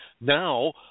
now